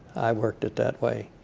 i worked it that way.